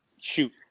Shoot